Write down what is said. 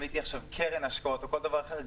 אם הייתי קרן השקעות או כל דבר אחר,